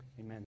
Amen